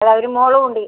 അല്ല ഒരു മോളും ഉണ്ട്